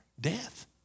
Death